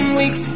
weak